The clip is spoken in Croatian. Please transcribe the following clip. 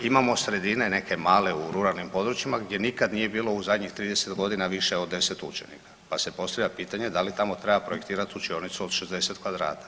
Imamo sredine neke male u ruralnim područjima gdje nikad nije bilo u zadnjih 30 godina više od 10 učenika, pa se postavlja pitanje da li tamo treba projektirat učionicu od 60 kvadrata.